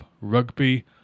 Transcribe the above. rugby